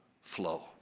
flow